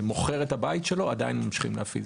מוכר את הבית שלו, עדיין ממשיכים להפעיל.